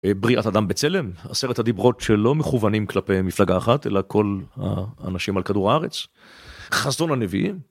בריאת אדם בצלם עשרת הדיברות שלא מכוונים כלפי מפלגה אחת אלא כל האנשים על כדור הארץ, חזון הנביאים.